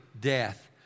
death